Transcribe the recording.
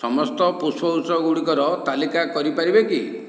ସମସ୍ତ ପୁଷ୍ପଗୁଚ୍ଛ ଗୁଡ଼ିକର ତାଲିକା କରିପାରିବେ କି